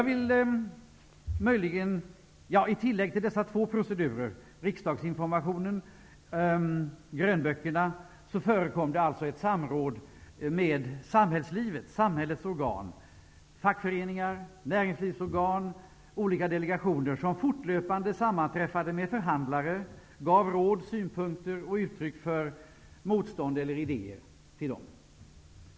Förutom dessa två procedurer, riksdagsinformationen och grönböckerna, förekom det alltså ett samråd med samhällets organ -- fackföreningar, näringslivsorgan, olika delegationer -- där man fortlöpande sammanträffade med förhandlare och gav råd, synpunkter och uttryck för motstånd eller idéer.